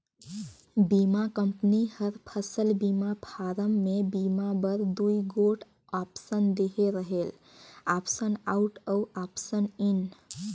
बीमा कंपनी हर फसल बीमा फारम में बीमा बर दूई गोट आप्सन देहे रहेल आप्सन आउट अउ आप्सन इन